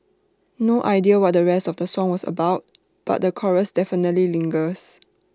no idea what the rest of the song was about but the chorus definitely lingers